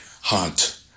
heart